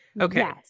Okay